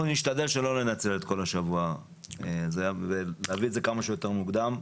אנחנו נשתדל שלא לנצל את כל השבוע ולהביא את זה כמה שיותר מוקדם.